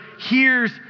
hears